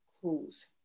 close